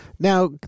Now